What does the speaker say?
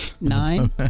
Nine